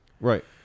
Right